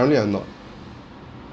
~rently I'm not